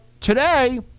today